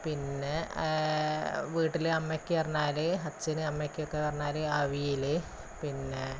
പിന്നെ വീട്ടില് അമ്മക്ക് പറഞ്ഞാല് അച്ഛന് അമ്മയ്ക്കൊക്കെന്ന് പറഞ്ഞാല് അവിയല് പിന്നെ